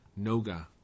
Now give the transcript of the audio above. Noga